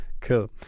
Cool